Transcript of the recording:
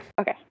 Okay